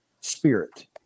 spirit